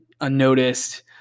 unnoticed